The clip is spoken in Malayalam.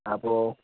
അപ്പൊൾ